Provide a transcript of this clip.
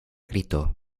gritó